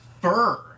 fur